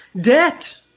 debt